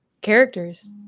characters